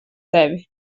tevi